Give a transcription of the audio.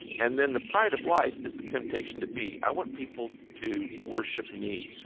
and then the pride of life is the temptation to be. i want people to worship me.